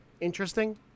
Interesting